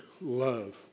love